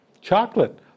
Chocolate